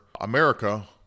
America